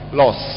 loss